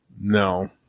No